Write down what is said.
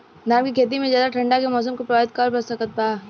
धान के खेती में ज्यादा ठंडा के मौसम का प्रभावित कर सकता बा?